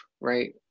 right